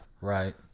right